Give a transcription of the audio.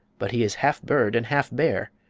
but he is half bird and half bear,